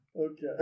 Okay